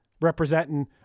representing